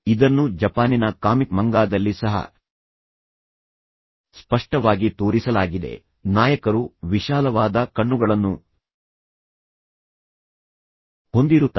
ಇದನ್ನು ಜಪಾನಿನ ಕಾಮಿಕ್ ಮಂಗಾದಲ್ಲಿ ಸಹ ಸ್ಪಷ್ಟವಾಗಿ ತೋರಿಸಲಾಗಿದೆ ನಾಯಕರು ವಿಶಾಲವಾದ ಕಣ್ಣುಗಳನ್ನು ಹೊಂದಿರುತ್ತಾರೆ